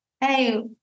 hey